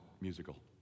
musical